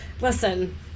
Listen